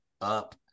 up